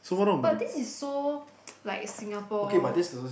but this is so like Singapore